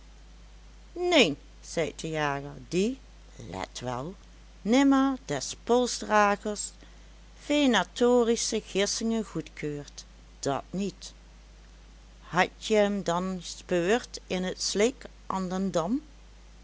neen zeit de jager die let wel nimmer des polsdragers venatorische gissingen goedkeurt dat niet had je m dan speurd in t slik an